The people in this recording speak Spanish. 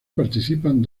participan